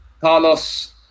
Carlos